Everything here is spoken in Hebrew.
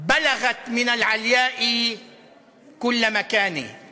היא תגיע לפסגת הכבוד בכל מקום שבו תהיה".)